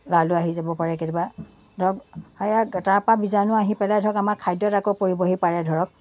গালৈ আহি যাব পাৰে কেতিয়াবা ধৰক তাৰ পৰা বীজাণু আহি পেলাই ধৰক আমাৰ খাদ্য়ত আকৌ পৰিবহি পাৰে ধৰক